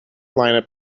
lineup